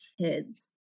kids